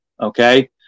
Okay